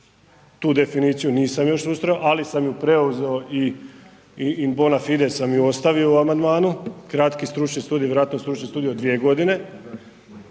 tu definiciju nisam još susreo, ali sam ju preuzeo in bona fide sam ju ostavio u amandmanu, kratki stručni studij, vjerojatno stručni studij od dvije godine